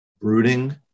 brooding